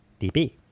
dB